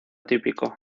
típico